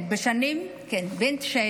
כן, זה בין 2019